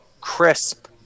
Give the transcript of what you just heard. crisp